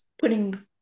putting